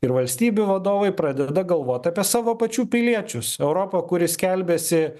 ir valstybių vadovai pradeda galvot apie savo pačių piliečius europa kuri skelbiasi